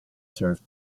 served